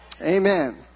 Amen